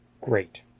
great